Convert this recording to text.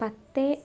പത്ത്